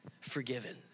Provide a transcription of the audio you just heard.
forgiven